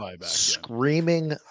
screaming